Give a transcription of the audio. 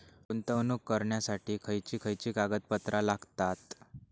गुंतवणूक करण्यासाठी खयची खयची कागदपत्रा लागतात?